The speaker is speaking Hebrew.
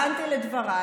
אני האזנתי לדברייך,